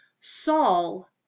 saul